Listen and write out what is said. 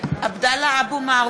(קוראת בשמות חברי הכנסת) עבדאללה אבו מערוף,